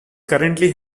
currently